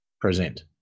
Present